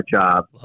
job